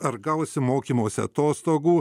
ar gausi mokymosi atostogų